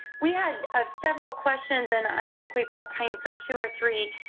we had ah several questions, and i think we've got time for two or three.